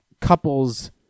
couples